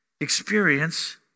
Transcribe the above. experience